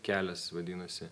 kelias vadinasi